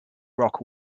rock